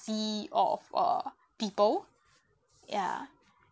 sea of uh people ya